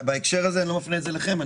בהקשר הזה אני לא מפנה את זה אליכם.